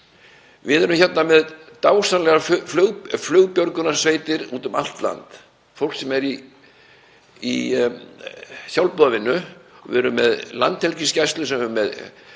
Við erum með dásamlegar flugbjörgunarsveitir út um allt land, fólk sem er í sjálfboðavinnu, og við erum með landhelgisgæslu sem er með